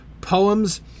poems